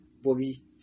Bobby